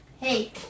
Hey